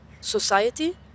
society